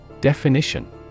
Definition